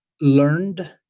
learned